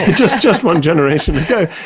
and just just one generation ago,